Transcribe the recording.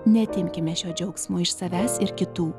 neatimkime šio džiaugsmo iš savęs ir kitų